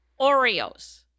Oreos